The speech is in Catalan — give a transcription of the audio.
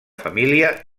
família